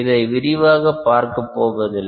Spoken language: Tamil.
இதை விரிவாகப் பார்க்கப் போவதில்லை